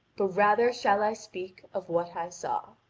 but rather shall i speak of what i saw.